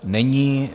Není.